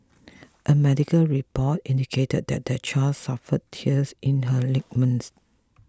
a medical report indicated that the child suffered tears in her ligaments